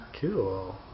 Cool